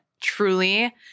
truly